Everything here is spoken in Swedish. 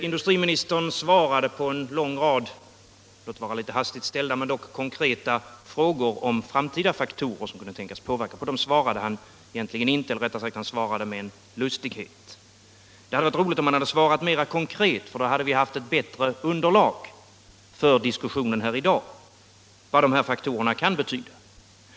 Industriministern svarade med en lustighet på en lång rad låt vara hastigt framställda men dock konkreta frågor om de framtida faktorer som här kan ha betydelse. Det hade varit bra om han hade svarat mera konkret. Då hade vi fått ett bättre underlag för diskussionen här i dag om dessa faktorer.